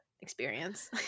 experience